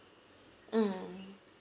mm